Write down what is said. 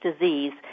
disease